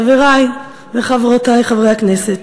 חברי וחברותי חברי הכנסת,